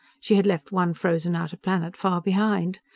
she had left one frozen outer planet far behind.